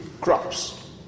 crops